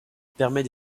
permet